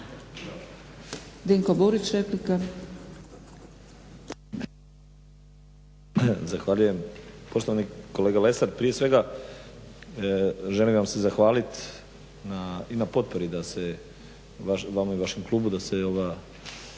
Dinko Burić, replika.